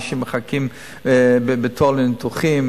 אנשים מחכים בתור לניתוחים.